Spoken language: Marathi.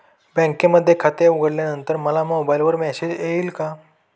बँकेमध्ये खाते उघडल्यानंतर मला मोबाईलवर मेसेज येईल का?